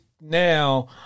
now